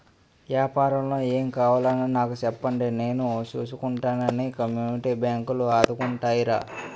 ఏపారానికి ఏం కావాలన్నా నాకు సెప్పండి నేను సూసుకుంటానని కమ్యూనిటీ బాంకులు ఆదుకుంటాయిరా